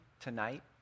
tonight